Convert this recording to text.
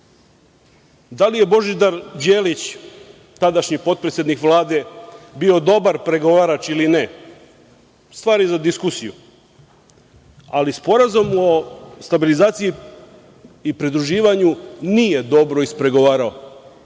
EU.Da li je Božidar Đelić, tadašnji potpredsednik Vlade, bio dobar pregovarač ili ne, stvar je za diskusiju, ali Sporazum o stabilizaciji i pridruživanju nije dobro ispregovarao,